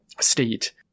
state